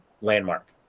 Landmark